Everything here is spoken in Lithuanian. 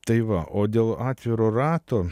tai va o dėl atviro rato